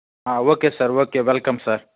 okay sir okay welcome sir